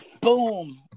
boom